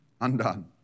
Undone